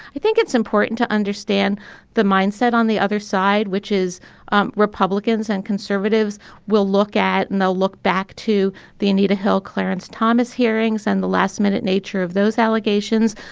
i think it's important to understand the mindset on the other side, which is um republicans and conservatives will look at and they'll look back to the anita hill clarence thomas hearings and the last minute nature of those allegations.